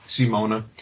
Simona